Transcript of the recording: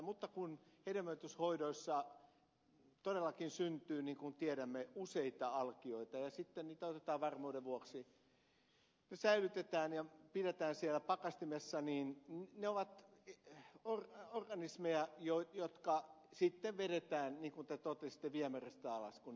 mutta kun hedelmöityshoidoissa todellakin syntyy niin kuin tiedämme useita alkioita ja sitten niitä varmuuden vuoksi säilytetään ja pidetään siellä pakastimessa niin ne ovat organismeja jotka sitten vedetään niin kuin te totesitte viemäristä alas kun niitä ei enää käytetä